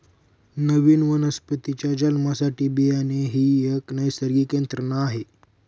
नवीन वनस्पतीच्या जन्मासाठी बियाणे ही एक नैसर्गिक यंत्रणा आहे